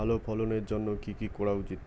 ভালো ফলনের জন্য কি কি করা উচিৎ?